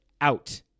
out